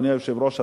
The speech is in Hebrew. אדוני היושב-ראש,